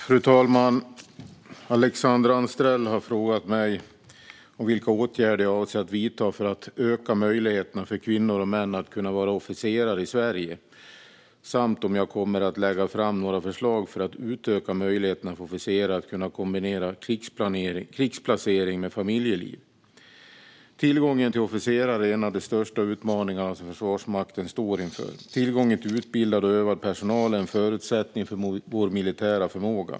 Fru talman! Alexandra Anstrell har frågat mig vilka åtgärder jag avser att vidta för att öka möjligheterna för kvinnor och män att vara officerare i Sverige samt om jag kommer att lägga fram några förslag för att utöka möjligheterna för officerare att kombinera krigsplacering med familjeliv. Tillgången till officerare är en av de största utmaningarna Försvarsmakten står inför. Tillgången till utbildad och övad personal är en förutsättning för vår militära förmåga.